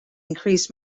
increase